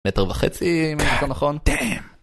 מטר וחצי אם זה נכון